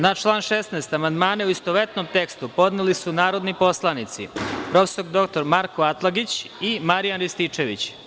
Na član 16. amandmane u istovetnom tekstu podneli su narodni poslanici prof. dr Marko Atlagić i Marijan Rističević.